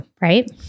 right